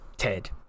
Ted